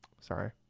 Sorry